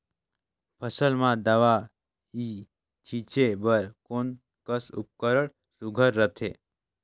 फसल म दव ई छीचे बर कोन कस उपकरण सुघ्घर रथे?